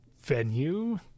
venue